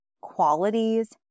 qualities